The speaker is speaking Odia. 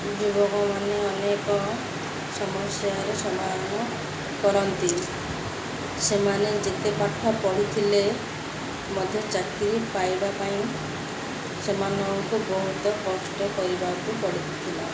ଯୁବକମାନେ ଅନେକ ସମସ୍ୟାର ସମାଧାନ କରନ୍ତି ସେମାନେ ଯେତେ ପାଠ ପଢ଼ିଥିଲେ ମଧ୍ୟ ଚାକିରି ପାଇବା ପାଇଁ ସେମାନଙ୍କୁ ବହୁତ କଷ୍ଟ କରିବାକୁ ପଡ଼ୁଥିଲା